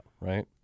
right